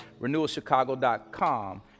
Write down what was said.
renewalchicago.com